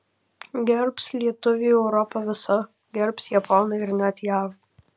gerbs lietuvį europa visa gerbs japonai ir net jav